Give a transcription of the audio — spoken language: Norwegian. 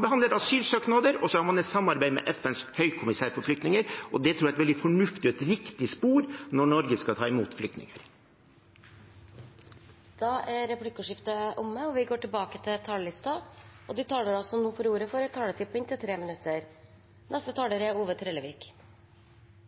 behandler asylsøknader, og så har man et samarbeid med FNs høykommissær for flyktninger. Det tror jeg er et veldig fornuftig og riktig spor når Norge skal ta imot flyktninger. Replikkordskiftet er omme. De talere som heretter får ordet, har en taletid på inntil 3 minutter. Samfunnet vårt er